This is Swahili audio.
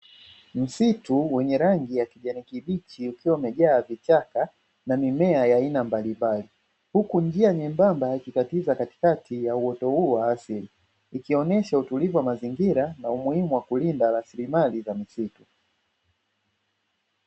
Msitu wenye rangi ya kijani kibichi, ukiwa umejaa vichaka na mimea ya aina mbalimbali, huku njia nyembamba ikikatiza katikati ya uoto huo wa asili, ikionyesha utulivu wa mazingira na umuhimu wa kulinda rasilimali za misitu.